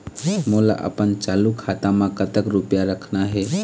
मोला अपन चालू खाता म कतक रूपया रखना हे?